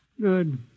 Good